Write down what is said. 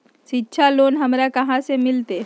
शिक्षा लोन हमरा कहाँ से मिलतै?